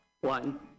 one